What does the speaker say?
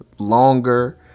longer